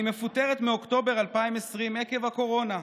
אני מפוטרת מאוקטובר 2020 עקב הקורונה.